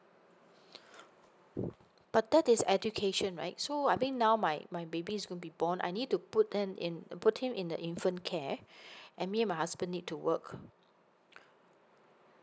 but that is education right so I think now my my baby is will be born I need to put then in in put him in the infant care and me my husband need to work